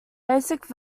basic